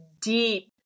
deep